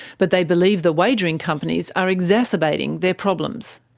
but they believe the wagering companies are exacerbating their problems.